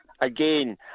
again